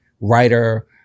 writer